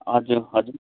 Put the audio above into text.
हजुर हजुर